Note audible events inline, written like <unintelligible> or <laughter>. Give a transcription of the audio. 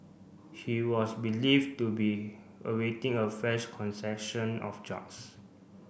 he was believed to be awaiting a fresh <unintelligible> of drugs